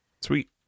Sweet